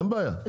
אין בעיה,